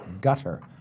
gutter